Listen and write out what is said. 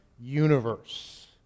universe